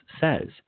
says